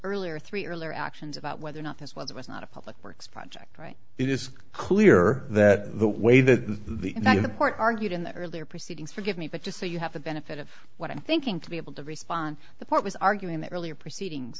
earlier three earlier actions about whether or not this was or was not a public works project right it is clear that the way that the court argued in the earlier proceedings forgive me but just so you have the benefit of what i'm thinking to be able to respond the point was arguing that earlier proceedings